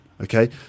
okay